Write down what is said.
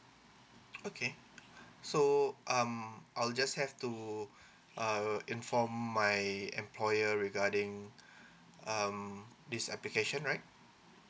okay so um I'll just have to uh inform my employer regarding um this application right